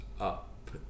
up